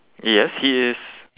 yes he is